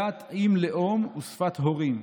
דת עם לאום ושפת הורים.